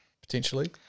potentially